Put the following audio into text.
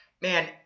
man